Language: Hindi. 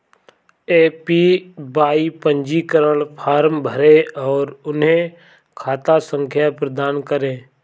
ए.पी.वाई पंजीकरण फॉर्म भरें और उन्हें खाता संख्या प्रदान करें